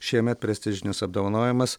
šiemet prestižinis apdovanojimas